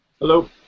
Hello